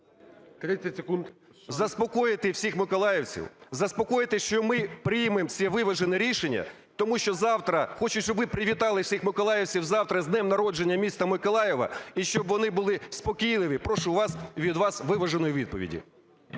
Заспокоїти всіх миколаївців, заспокоїти, що ми приймемо це виважене рішення, тому що завтра, хочу, щоб ви привітали всіх миколаївців завтра з днем народження міста Миколаєва і щоб вони були спокійними, прошу вас, від вас виваженої відповіді.